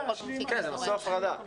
הפרדה.